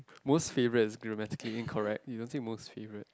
most favourite is grammatically incorrect you don't say most favourite